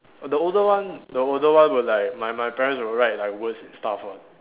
the older one the older one will like my my parents will write like words and stuff ah